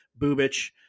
Bubich